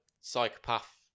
psychopath